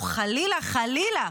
או חלילה חלילה,